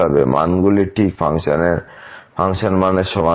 মানগুলি ঠিক ফাংশন মানের সমান হবে